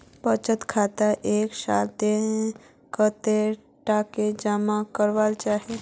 बचत खातात एक सालोत कतेरी टका जमा करवा होचए?